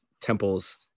temples